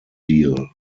deal